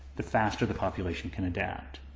the faster the population can adapt.